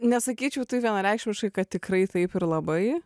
nesakyčiau taip vienareikšmiškai kad tikrai taip ir labai